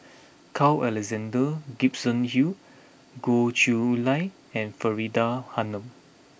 Carl Alexander Gibson Hill Goh Chiew Lye and Faridah Hanum